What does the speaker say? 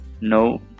no